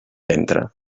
entra